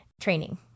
training